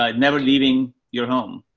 um never leaving your home.